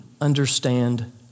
understand